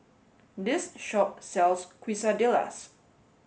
this shop sells Quesadillas